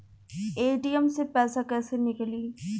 ATM से पैसा कैसे नीकली?